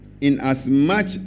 inasmuch